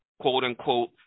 quote-unquote